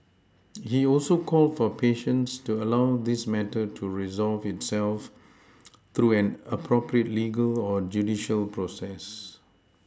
he also called for patience to allow this matter to resolve itself through an appropriate legal or judicial process